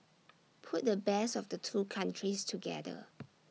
put the best of the two countries together